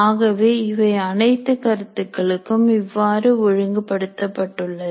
ஆகவே இவை அனைத்து கருத்துக்களும் இவ்வாறு ஒழுங்கு படுத்தப்பட்டுள்ளது